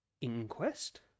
Inquest